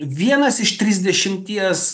vienas iš trisdešimties